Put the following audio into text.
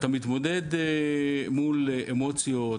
אתה מתמודד מול אמוציות,